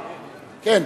כן.